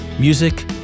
music